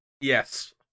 Yes